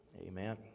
Amen